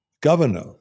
governor